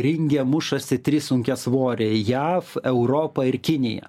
ringe mušasi trys sunkiasvoriai jav europa ir kinija